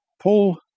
Paul